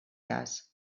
cas